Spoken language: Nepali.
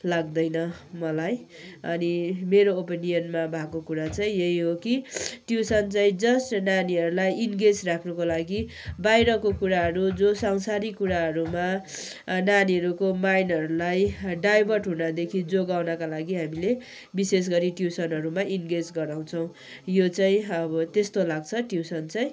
लाग्दैन मलाई अनि मेरो ओपिनियनमा भएको कुरो चाहिँ यही हो कि ट्युसन चाहिँ जस्ट नानीहरूलाई इन्गेज राख्नुको लागि बाहिरको कुराहरू जो सांसारिक कुराहरूमा नानीहरूको माइन्डहरूलाई डाइभर्ट हुनदेखि जोगाउनका लागि हामीले विशेष गरी ट्युसनहरूमा इन्गेज गराउँछौँ यो चाहिँ अब त्यस्तो लाग्छ ट्युसन चाहिँ